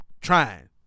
trying